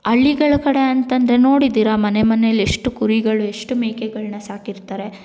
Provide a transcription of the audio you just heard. ಹಳ್ಳಿಗಳ್ ಕಡೆ ಅಂತಂದರೆ ನೋಡಿದ್ದಿರ ಮನೆ ಮನೆಯಲ್ ಎಷ್ಟು ಕುರಿಗಳು ಎಷ್ಟು ಮೇಕೆಗಳನ್ನ ಸಾಕಿರ್ತಾರೆ